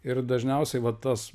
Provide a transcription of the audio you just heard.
ir dažniausiai va tas